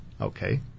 Okay